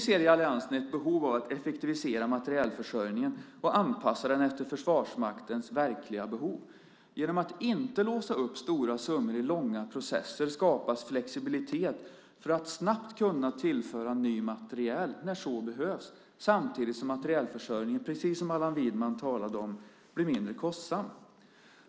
I alliansen ser vi ett behov av att effektivera materielförsörjningen och anpassa den efter Försvarsmaktens verkliga behov. Genom att inte låsa upp stora summor i långa processer skapas flexibilitet för att snabbt kunna tillföra ny materiel när så behövs, samtidigt som materielförsörjningen, precis som Allan Widman sade, blir mindre kostsam.